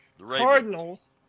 Cardinals